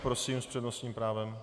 Prosím, s přednostním právem.